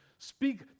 Speak